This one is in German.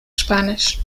spanisch